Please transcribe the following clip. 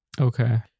Okay